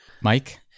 Mike